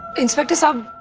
inspector. sir,